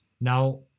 Now